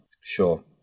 Sure